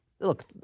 Look